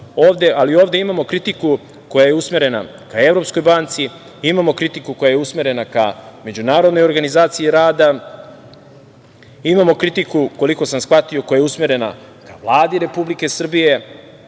ali ovde imamo kritiku koja je usmerena ka Evropskoj banci, imamo kritiku koja je usmerena ka Međunarodnoj organizaciji rada, imamo kritiku, koliko sam shvatio koja je usmerena ka Vladi Republike Srbije. Onda